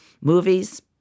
movies